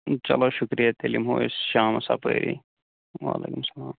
چلو شُکرِیا تیٚلہِ یِمَہو أسۍ شامَس اَپٲری وعلیکُم سَلام